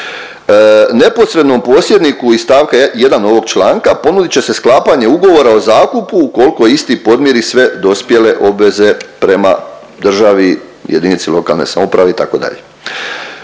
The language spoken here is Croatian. Neposrednom posjedniku iz stavka 1. ovog članka ponudit će se sklapanje ugovora o zakupu ukoliko isti podmiri sve dospjele obveze prema državi, jedinici lokalne samouprave itd.